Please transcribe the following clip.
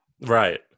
Right